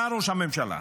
אתה ראש הממשלה,